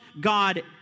God